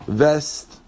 vest